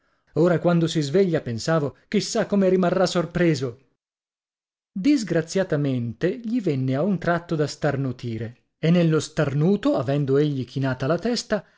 ora quando si sveglia pensavo chi sa come rimarrà sorpreso disgraziatamente gli venne a un tratto da starnutire e nello starnuto avendo egli chinata la testa